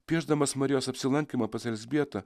piešdamas marijos apsilankymą pas elzbietą